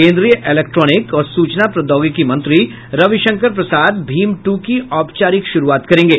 केन्द्रीय इलेक्ट्रॉनिक और सूचना प्रौद्योगिकी मंत्री रविशंकर प्रसाद भीम टू की औपचारिक शुरूआत करेंगे